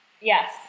Yes